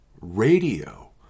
radio